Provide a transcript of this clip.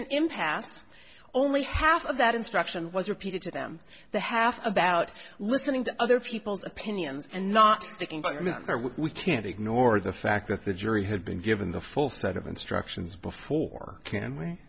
an impasse only half of that instruction was repeated to them the half about listening to other people's opinions and not sticking to remember we can't ignore the fact that the jury had been given the full set of instructions before ca